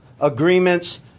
agreements